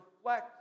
reflect